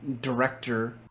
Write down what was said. director